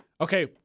Okay